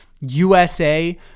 USA